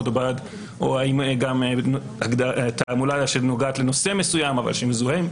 או האם גם תעמולה שנוגעת לנושא מסוים אבל שמזוהה.